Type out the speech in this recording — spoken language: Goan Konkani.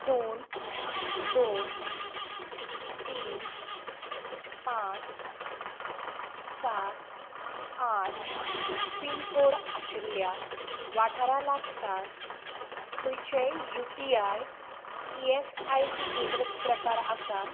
दोन दोन तीन पांच सात आठ पीन कोड आशिल्ल्या वाठारा लागसार खंयचेंय U T I E S I C केंद्र प्रकार आसा